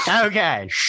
Okay